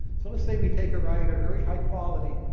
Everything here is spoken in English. so let's say we take a writer, very high quality,